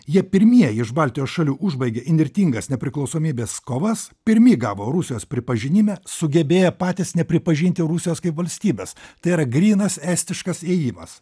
jie pirmieji iš baltijos šalių užbaigė įnirtingas nepriklausomybės kovas pirmi gavo rusijos pripažinimą sugebėję patys nepripažinti rusijos kaip valstybės tai yra grynas estiškas ėjimas